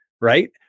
right